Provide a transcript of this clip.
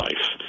life